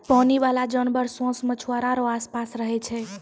पानी बाला जानवर सोस मछुआरा रो आस पास रहै छै